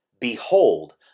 Behold